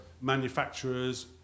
manufacturers